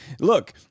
look